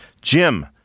Jim